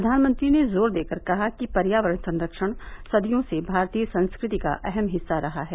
प्रधानमंत्री ने जोर देकर कहा कि पर्यावरण संरक्षण सदियों से भारतीय संस्कृति का अहम हिस्सा रहा है